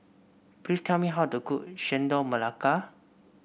please tell me how to cook Chendol Melaka